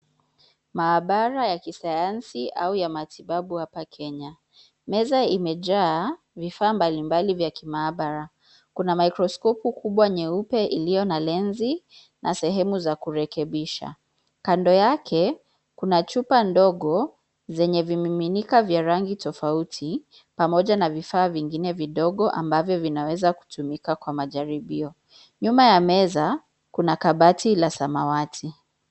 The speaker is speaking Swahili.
Maabara ya kisayansi au ya matibabu hapa Kenya. Meza imejaa vifaa mbalimbali vya kimaabara. Kuna mikroskopu kubwa nyeupe, iliyo na lensi na sehemu za kurekebisha. Kando yake kuna chupa ndogo zenye vimiminika vya rangi tofauti, pamoja na vifaa vingine vidogo ambavyo vinaweza kutumika kwa majaribio. Nyuma ya meza kuna kabati la samawati.